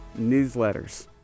newsletters